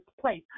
place